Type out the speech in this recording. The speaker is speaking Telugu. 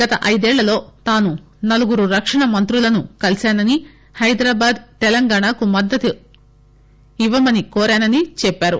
గత ఐదేళ్లలో తాను నలుగురు రక్షణ మంత్రులను కలిశానని హైదరాబాద్ తెలంగాణకు మద్దతు ఇవ్వమని కోరానని చెప్పారు